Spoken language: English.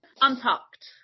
Untucked